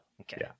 Okay